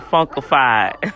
Funkified